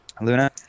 Luna